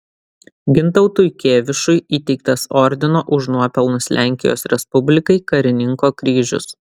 gintautui kėvišui įteiktas ordino už nuopelnus lenkijos respublikai karininko kryžius